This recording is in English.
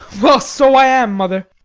well, so i am, mother.